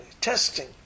testing